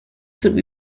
zum